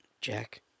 Jack